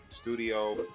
studio